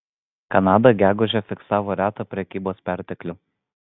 kanada gegužę fiksavo retą prekybos perteklių